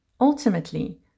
Ultimately